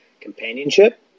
Companionship